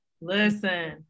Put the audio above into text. listen